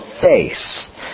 face